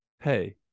hey